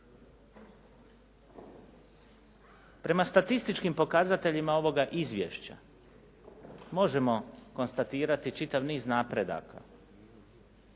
Prema statističkim pokazateljima ovoga izvješća možemo konstatirati čitav niz napredaka,